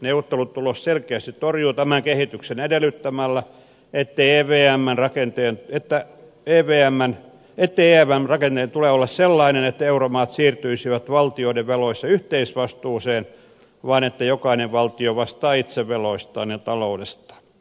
neuvottelutulos selkeästi torjuu tämän kehityksen edellyttämällä ettei evmn rakenteen tule olla sellainen että euromaat siirtyisivät valtioiden veloissa yhteisvastuuseen vaan että jokainen valtio vastaa itse veloistaan ja taloudestaan